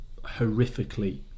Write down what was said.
horrifically